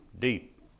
deep